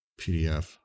pdf